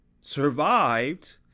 survived